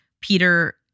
Peter